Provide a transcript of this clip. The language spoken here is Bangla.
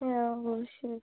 হ্যাঁ সে